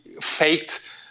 faked